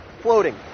floating